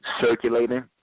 circulating